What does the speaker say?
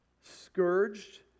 scourged